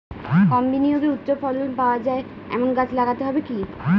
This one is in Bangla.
কম বিনিয়োগে উচ্চ ফলন পাওয়া যায় এমন গাছ লাগাতে হবে কি?